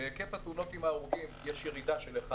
בהיקף התאונות עם הרוגים יש ירידה של 1%,